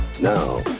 Now